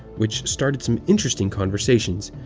which started some interesting conversations.